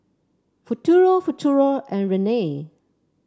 Futuro Futuro and Rene